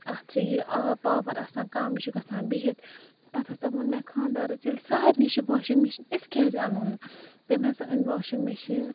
اَتھ چھُ یہِ آب پاوَر آسان کَم یہِ چھُ گژھان بِہِتھ پَتہٕ ہَسا ووٚن مےٚ خانٛدارَس ییٚلہِ سارنٕے چھِ واشِنٛگ مِشیٖن أسۍ کیٛازِ اَنوٚو نہٕ تٔمۍ ہَسا أنۍ واشنٛگ مِشیٖن